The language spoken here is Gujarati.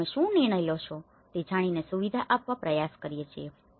અને તમે શું નિર્ણય લો છો તે જાણીને સુવિધા આપવા પ્રયાસ કરીએ છીએ